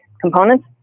components